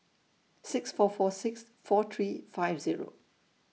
six four four six four three five Zero